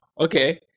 okay